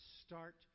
start